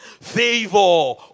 favor